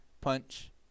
punch